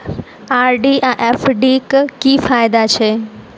RD आ FD क की फायदा छै?